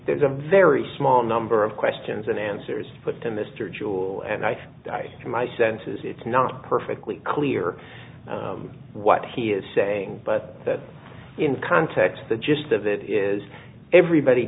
there's a very small number of questions and answers put to mr jewel and i die to my senses it's not perfectly clear what he is saying but that in context the gist of it is everybody